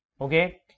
okay